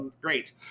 great